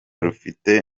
rufite